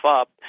up